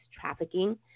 Trafficking